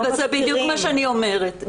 זה בדיוק מה שאני אומרת.